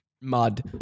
Mud